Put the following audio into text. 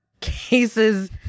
cases